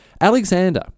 Alexander